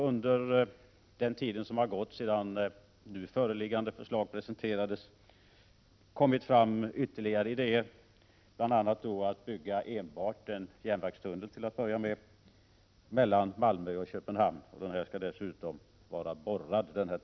Under den tid som har gått sedan det nu föreliggande förslaget presenterades har det kommit fram ytterligare idéer, bl.a. att man skall bygga enbart en järnvägstunnel, till att börja med, mellan Malmö och Köpenhamn. Denna tunnel skall dessutom vara borrad.